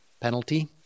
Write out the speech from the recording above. penalty